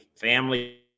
family